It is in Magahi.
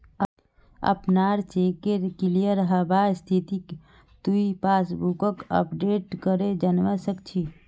अपनार चेकेर क्लियर हबार स्थितिक तुइ पासबुकक अपडेट करे जानवा सक छी